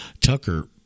Tucker